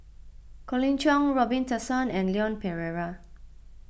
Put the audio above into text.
Colin Cheong Robin Tessensohn and Leon Perera